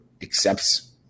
accepts